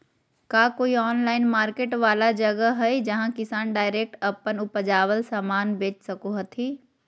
का कोई online market वाला जगह हइ जहां किसान डायरेक्ट अप्पन उपजावल समान बेच सको हथीन?